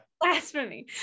blasphemy